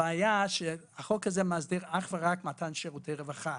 הבעיה שהחוק הזה מסדיר אך ורק מתן שירותי רווחה.